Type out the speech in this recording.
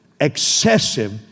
excessive